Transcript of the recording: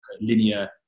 linear